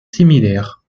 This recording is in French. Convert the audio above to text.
similaire